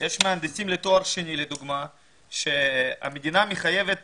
יש מהנדסים לתואר שני לדוגמא שהמדינה מחייבת